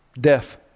Death